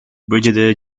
brigadier